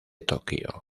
tokio